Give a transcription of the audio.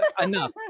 enough